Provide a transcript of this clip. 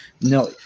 no